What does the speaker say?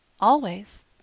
Always